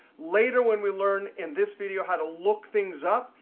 later when we learn in this video how to look things up,